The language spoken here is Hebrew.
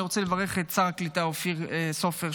אני רוצה לברך את שר הקליטה אופיר סופר,